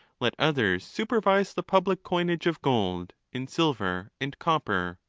let others supervise the public coinage of gold, and silver, and copper.